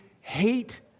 hate